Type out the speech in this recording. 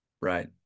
Right